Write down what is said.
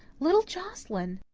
little joscelyn!